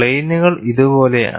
പ്ലെയിനുകൾ ഇതുപോലെയാണ്